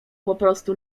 poprostu